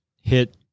hit